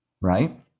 right